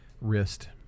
wrist